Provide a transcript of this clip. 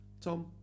Tom